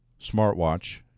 Smartwatch